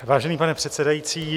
Vážený pane předsedající...